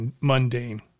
mundane